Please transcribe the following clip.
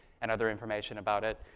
and other information about it.